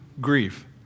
grief